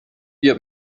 بیا